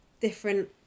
different